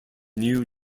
new